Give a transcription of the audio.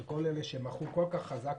שכל אלה שמחאו שם כפיים כל כך חזק,